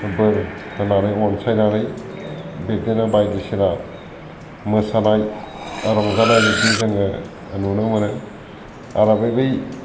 बोर होनानै अनसायनानै बिब्दिनो बायदिसिना मोसानाय रंजानाय बिब्दि जोङो नुनो मोनो आरो बै